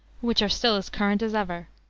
which are still as current as ever.